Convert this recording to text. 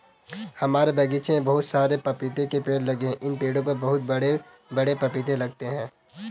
हमारे बगीचे में बहुत सारे पपीते के पेड़ लगे हैं इन पेड़ों पर बहुत बड़े बड़े पपीते लगते हैं